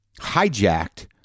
hijacked